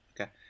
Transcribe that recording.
okay